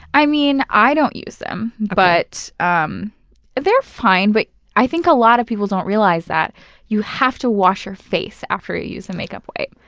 i mean, i don't use them. but um they're fine, but i think a lot of people don't realize that you have to wash your face after you use a and makeup wipe.